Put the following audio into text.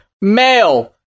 male